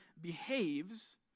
behaves